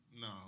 No